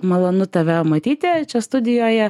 malonu tave matyti čia studijoje